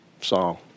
song